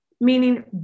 meaning